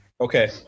Okay